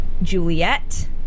Juliet